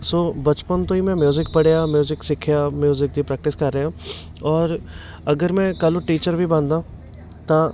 ਸੋ ਬਚਪਨ ਤੋਂ ਹੀ ਮੈਂ ਮਿਊਜ਼ਿਕ ਪੜ੍ਹਿਆ ਮਿਊਜ਼ਿਕ ਸਿੱਖਿਆ ਮਿਊਜ਼ਿਕ ਦੀ ਪ੍ਰੈਕਟਿਸ ਕਰ ਰਿਹਾਂ ਔਰ ਅਗਰ ਮੈਂ ਕੱਲ੍ਹ ਨੂੰ ਟੀਚਰ ਵੀ ਬਣਦਾ ਤਾਂ